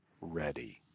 ready